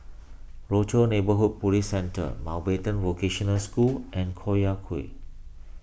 Rochor Neighborhood Police Centre Mountbatten Vocational School and Collyer Quay